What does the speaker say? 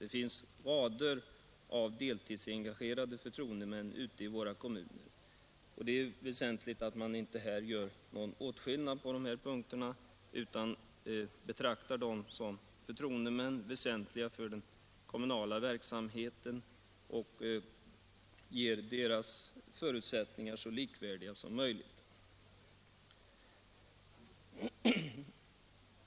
Det finns rader av deltidsengagerade förtroendemän ute i våra kommuner, och det är väsentligt att man inte gör någon åtskillnad på dessa punkter utan betraktar dem som förtroendemän, väsentliga för den kommunala verksamheten, och gör deras förutsättningar så likvärdiga som möjligt.